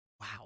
Wow